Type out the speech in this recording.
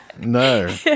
No